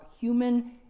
human